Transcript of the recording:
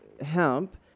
hemp